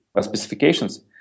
specifications